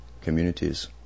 communities